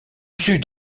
sud